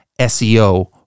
SEO